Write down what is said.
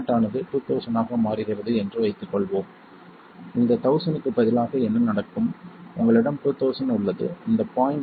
Ao ஆனது 2000 ஆக மாறுகிறது என்று வைத்துக்கொள்வோம் இந்த 1000க்கு பதிலாக என்ன நடக்கும் உங்களிடம் 2000 உள்ளது இந்த 0